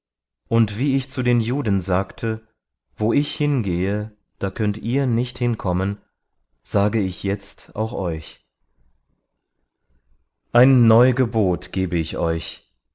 und wie ich zu den juden sagte wo ich hin gehe da könnet ihr nicht hin kommen sage ich jetzt auch euch ein neu gebot gebe ich euch